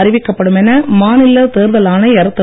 அறிவிக்கப்படும் என மாநில தேர்தல் ஆணையர் திரு